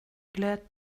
glad